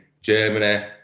Germany